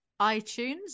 iTunes